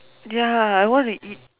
ya I want to eat